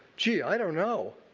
gee, i don't know.